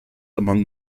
among